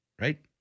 Right